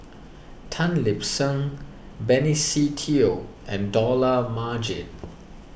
Tan Lip Seng Benny Se Teo and Dollah Majid